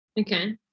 Okay